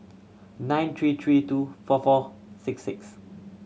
nine three three two four four six six